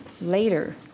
later